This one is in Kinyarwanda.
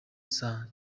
saa